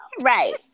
Right